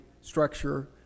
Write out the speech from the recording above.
structure